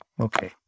Okay